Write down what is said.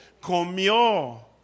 comió